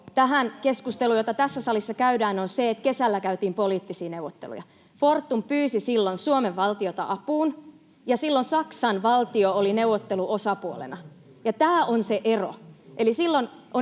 keskusteluun, jota tässä salissa käydään, on se, että kesällä käytiin poliittisia neuvotteluja. Fortum pyysi silloin Suomen valtiota apuun ja silloin Saksan valtio oli neuvotteluosapuolena, ja tämä on se ero.